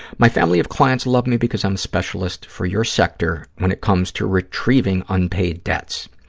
my family of clients love me because i'm a specialist for your sector when it comes to retrieving unpaid debts.